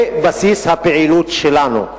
זה בסיס הפעילות שלנו,